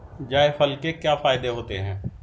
जायफल के क्या फायदे होते हैं?